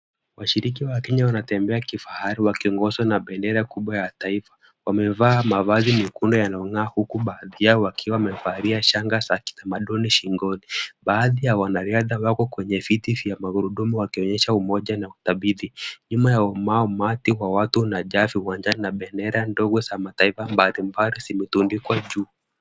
Washiriki wa Kenya wanatembea kifahari wakiongozwa na bendera kubwa ya taifa. Wamevaa mavazi mekundu yanayong'aa huku baadhi yao wakiwa wamevalia shanga za kitamaduni shingoni. Baadhi ya wanariadha wako kwenye viti vya magurudumu wakionyesha umoja na udhabiti. Nyuma yao umati wa watu na bendera ndogo za mataifa mbalimbali zimetundikwa juu.